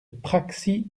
praxi